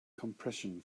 compression